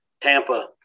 Tampa